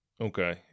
Okay